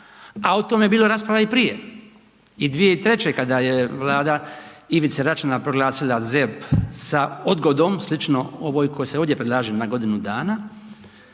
a o tome je bilo rasprava i prije i 2003. kada je Vlada Ivice Račana proglasila ZERP sa odgodom slično ovoj koji se ovdje predlaže na godinu dana.